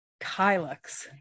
Kylux